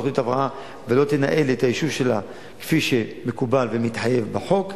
תוכנית הבראה ולא תנהל את היישוב שלה כפי שמקובל ומתחייב בחוק,